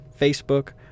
Facebook